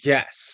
Yes